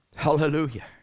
hallelujah